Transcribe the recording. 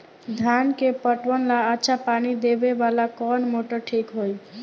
धान के पटवन ला अच्छा पानी देवे वाला कवन मोटर ठीक होई?